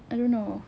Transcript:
I don't know